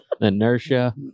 Inertia